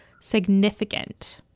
significant